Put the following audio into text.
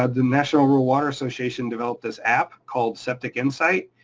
ah the national rural water association developed this app called septic insight.